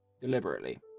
deliberately